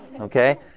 okay